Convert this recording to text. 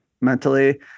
mentally